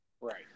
Right